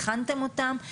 הכנתם אותם,